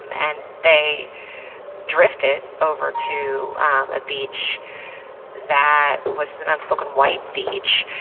um and they drifted over to a beach that was an unspoken white beach.